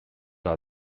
are